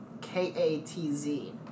k-a-t-z